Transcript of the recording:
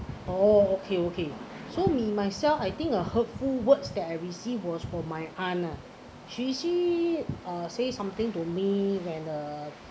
oh okay okay so me myself I think a hurtful words that I received was from my aunt ah she see uh say something to me when uh